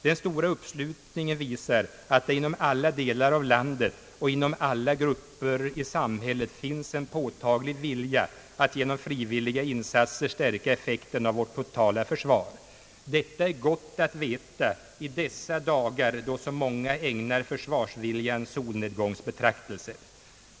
Den stora uppslutningen visar att det inom alla delar av landet och inom alla grupper i samhället finns en påtaglig vilja att genom frivilliga insatser stärka effekten av vårt totala försvar. Detta är gott att veta i dessa dagar då så många ägnar försvarsviljan solnedgångsbetrakielser.